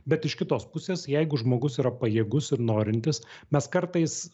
bet iš kitos pusės jeigu žmogus yra pajėgus ir norintis mes kartais